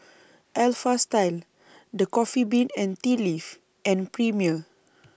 Alpha Style The Coffee Bean and Tea Leaf and Premier